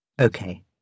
Okay